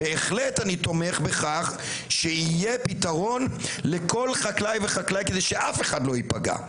אני בהחלט תומך בכך שיהיה פתרון לכל חקלאי וחקלאי כדי שאף אחד לא ייפגע.